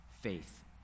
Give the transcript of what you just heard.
faith